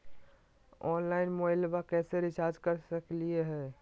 Online मोबाइलबा कैसे recharge कर सकलिए है?